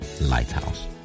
Lighthouse